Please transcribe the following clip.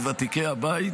מוותיקי הבית,